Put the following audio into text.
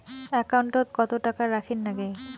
একাউন্টত কত টাকা রাখীর নাগে?